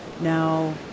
Now